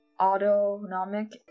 autonomic